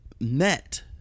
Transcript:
met